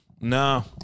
No